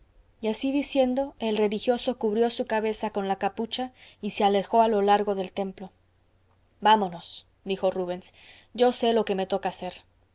y así diciendo el religioso cubrió su cabeza con la capucha y se alejó a lo largo del templo vámonos dijo rubens yo sé lo que me toca hacer